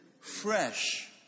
fresh